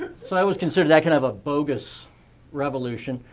so i always consider that kind of a bogus revolution.